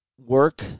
work